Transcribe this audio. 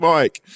Mike